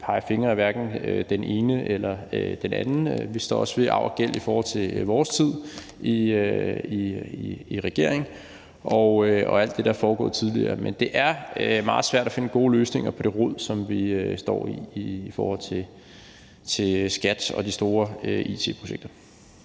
pege fingre ad hverken den ene eller den anden. Konservative vedgår også arv og gæld i forhold til vores tid i regering og alt det, der er foregået tidligere. Men det er meget svært at finde gode løsninger på det rod, som vi står i i forhold til skat og de store it-projekter.